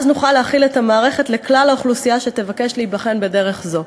ואז נוכל להחיל את המערכת על כלל האוכלוסייה שתבקש להיבחן בדרך זו.